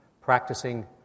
practicing